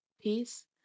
peace